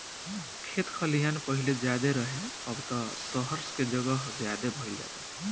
खेत खलिहान पाहिले ज्यादे रहे, अब त सहर के जगह ज्यादे भईल जाता